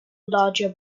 larger